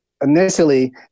initially